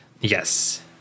yes